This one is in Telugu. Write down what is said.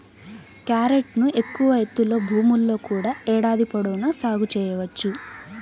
క్యారెట్ను ఎక్కువ ఎత్తులో భూముల్లో కూడా ఏడాది పొడవునా సాగు చేయవచ్చు